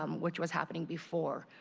um which was happening before.